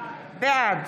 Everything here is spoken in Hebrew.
בעד